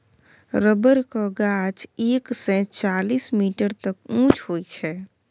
रबरक गाछ एक सय चालीस मीटर तक उँच होइ छै